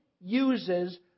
uses